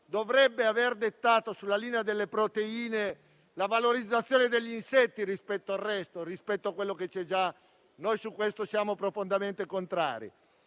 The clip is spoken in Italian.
dovrebbe aver dettato, sulla linea delle proteine, la valorizzazione degli insetti rispetto al resto, rispetto a quello che c'è già. Noi su questo siamo profondamente contrari.